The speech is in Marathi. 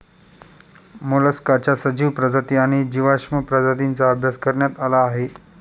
मोलस्काच्या सजीव प्रजाती आणि जीवाश्म प्रजातींचा अभ्यास करण्यात आला आहे